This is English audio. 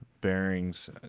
bearings